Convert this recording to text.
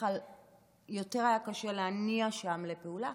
כלל היה קשה יותר להניע שם לפעולה.